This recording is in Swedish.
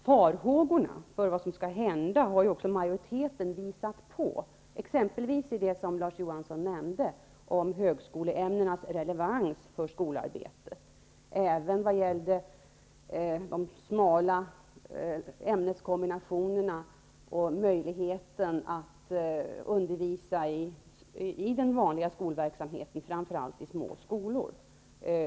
Farhågorna för vad som kan hända har även majoriteten visat på, exempelvis det som Larz Johansson nämnde, högskoleämnenas relevans för skolarbetet. Detsamma gäller de smala ämneskombinationerna och möjligheten att undervisa i den vanliga skolverksamheten, framför allt i små skolor.